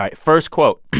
like first quote